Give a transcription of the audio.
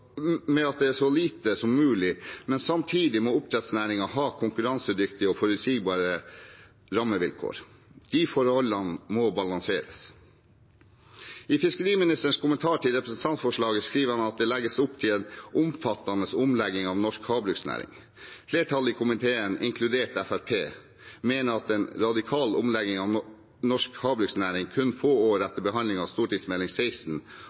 jobbe med at det er så lite som mulig, men samtidig må oppdrettsnæringen ha konkurransedyktige og forutsigbare rammevilkår – de forholdene må balanseres. I fiskeriministerens kommentar til representantforslaget skriver han at det legges opp til en omfattende omlegging av norsk havbruksnæring. Flertallet i komiteen, inkludert Fremskrittspartiet, mener at en radikal omlegging av norsk havbruksnæring kun få år etter behandling av Meld. St. 16